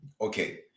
Okay